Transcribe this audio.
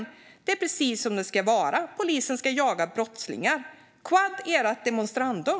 Det är precis som det ska vara: Polisen ska jaga brottslingar. Quod erat demonstrandum.